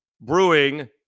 brewing